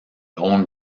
owned